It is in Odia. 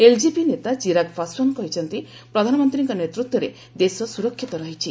ଏଲ୍କେପି ନେତା ଚିରାଗ ପାଶଓ୍ୱାନ କହିଛନ୍ତି ପ୍ରଧାନମନ୍ତ୍ରୀଙ୍କ ନେତୃତ୍ୱରେ ଦେଶ ସୁରକ୍ଷିତ ରହିଛି